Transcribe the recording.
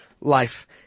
life